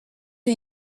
are